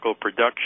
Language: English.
production